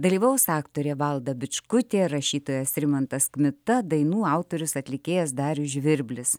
dalyvaus aktorė valda bičkutė rašytojas rimantas kmita dainų autorius atlikėjas darius žvirblis